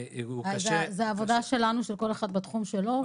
זו עבודה שלנו, של כל אחד בתחום שלו.